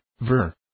ver